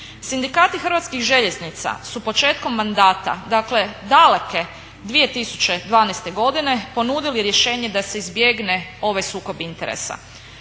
Sindikati Hrvatskih željeznica su početkom mandata dakle daleke 2012. godine ponudili rješenje da se izbjegne ovaj sukob interesa.